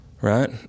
right